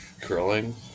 curling